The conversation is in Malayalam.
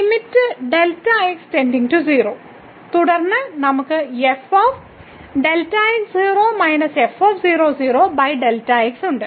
ലിമിറ്റ് തുടർന്ന് നമുക്ക് ഉണ്ട്